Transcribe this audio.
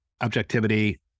objectivity